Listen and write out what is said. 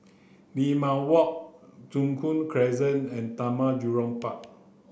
Limau Walk Joo Koon Crescent and Taman Jurong Park